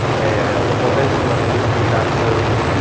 and the potential of emission reductions.